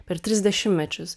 per tris dešimtmečius